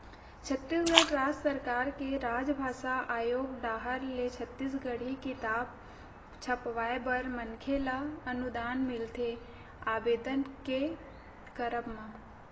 छत्तीसगढ़ राज सरकार के राजभासा आयोग डाहर ले छत्तीसगढ़ी किताब छपवाय बर मनखे ल अनुदान मिलथे आबेदन के करब म